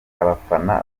abafana